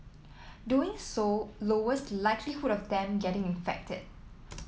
doing so lowers likelihood of them getting infected